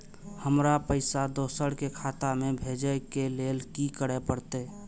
हमरा पैसा दोसर के खाता में भेजे के लेल की करे परते?